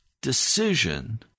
decision